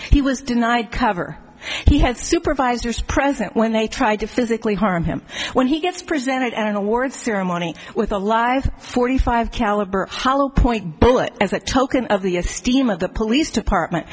he was denied cover he had supervisors present when they tried to physically harm him when he gets presented an award ceremony with a live forty five caliber hollow point bullet as a token of the esteem of the police department